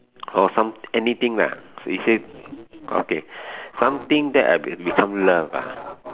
or some anything lah we say okay something that will can become love ah